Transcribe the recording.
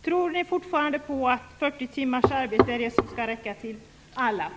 Tror ni fortfarande på att alla skall kunna få 40 timmars arbete?